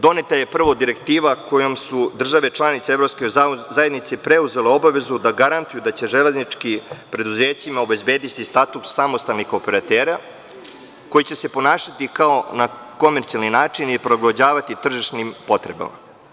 Doneta je prvo direktiva kojom su države članice Evropske zajednice preuzele obavezu da garantuju da će železničkim preduzećima obezbediti status samostalnih operatera koji će se ponašati na komercijalni način i prilagođavati tržišnim potrebama.